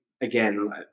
again